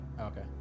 Okay